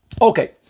Okay